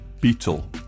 BEETLE